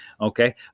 Okay